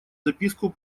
записку